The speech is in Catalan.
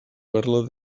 parla